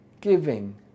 giving